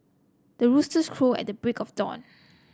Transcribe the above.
the roosters crow at the break of dawn